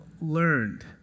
learned